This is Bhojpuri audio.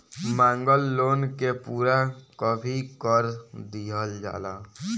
मांगल लोन के पूरा कभी कर दीहल जाला